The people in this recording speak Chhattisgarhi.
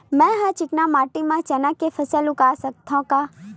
मै ह चिकना माटी म चना के फसल उगा सकथव का?